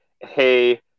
hey